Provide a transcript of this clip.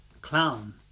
clown